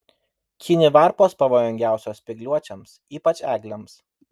kinivarpos pavojingiausios spygliuočiams ypač eglėms